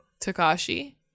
Takashi